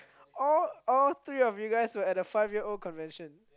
all all three of you guys were at a five year old convention